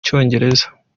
cyongereza